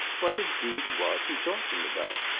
what indeed was he talking about?